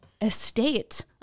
estate